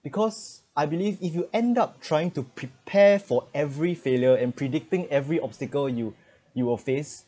because I believe if you end up trying to prepare for every failure and predicting every obstacle you you will face